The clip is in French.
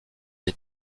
des